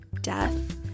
death